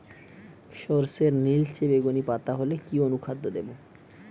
সরর্ষের নিলচে বেগুনি পাতা হলে কি অনুখাদ্য দেবো?